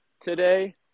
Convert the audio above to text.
today